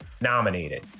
nominated